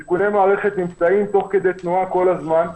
עדכוני מערכת מבוצעים תוך כדי תנועה כל הזמן.